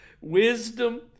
wisdom